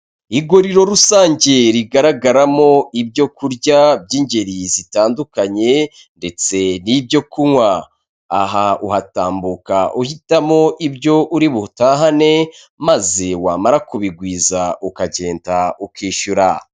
Iguriro rusange rigaragaramo ibyo kurya by'ingeri zitandukanye ndetse n'ibyo kunywa, aha uhatambuka uhitamo ibyo uri butahane maze wamara kubigwiza ukagenda ukishyura.